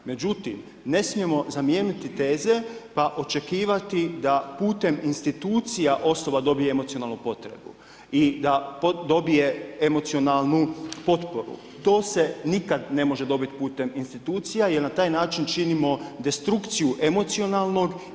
Međutim ne smijemo zamijeniti teze pa očekivati da putem institucija osoba dobije emocionalnu potrebu i da dobije emocionalnu potporu, to se nikada ne može dobiti putem institucija jer na taj način činimo destrukciju emocionalnog.